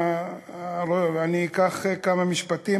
אני אקח כמה משפטים,